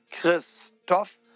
Christoph